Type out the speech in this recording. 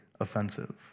offensive